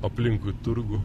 aplinkui turgų